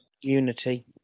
Unity